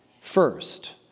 First